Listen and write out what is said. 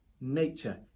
nature